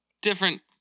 different